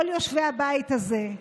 כל יושבי הבית הזה,